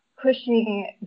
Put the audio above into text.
pushing